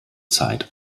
zeit